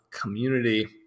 community